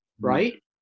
right